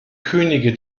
könige